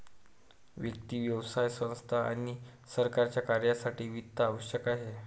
व्यक्ती, व्यवसाय संस्था आणि सरकारच्या कार्यासाठी वित्त आवश्यक आहे